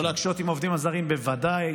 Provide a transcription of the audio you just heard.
לא להקשות עם העובדים הזרים, בוודאי,